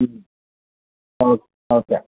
okay okay